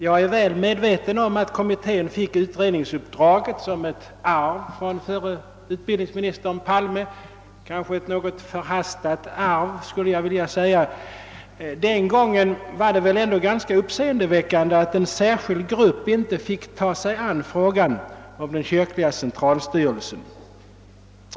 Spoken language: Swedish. Jag är väl medveten om att kommittén fick utredningsuppdraget som ett arv från förre utbildningsministern Palme — kanske ett något förhastat arv. Den gången var det ganska uppseendeväckande att en särskild grupp inte fick ta sig an frågan om den kyrkliga centralstyrelsen.